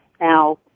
Now